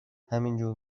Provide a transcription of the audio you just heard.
همینجور